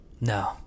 no